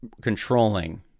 controlling